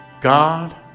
God